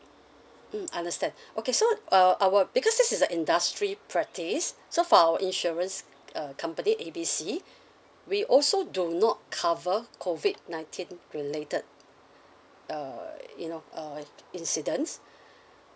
mm understand okay so uh our because this is the industry practice so for our insurance uh company A B C we also do not cover COVID nineteen related uh you know uh incidents